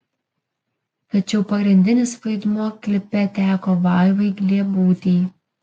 tačiau pagrindinis vaidmuo klipe teko vaivai gliebutei